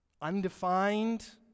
undefined